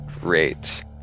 Great